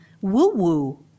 woo-woo